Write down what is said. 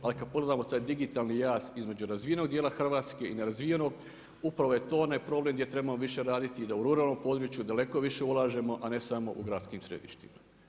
Ali kad pogledamo taj digitalni jaz između razvijenog dijela Hrvatske i nerazvijenog, upravo je to onaj problem gdje trebamo više raditi, da u ruralno području daleko više ulažemo, a ne samo u gradskim središtima.